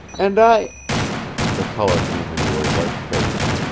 and i the color came into her white face.